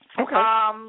Okay